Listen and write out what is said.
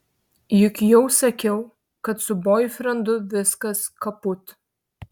juk jau sakiau kad su boifrendu viskas kaput